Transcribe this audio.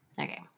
Okay